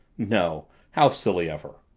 no! how silly of her!